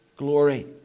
glory